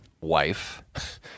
wife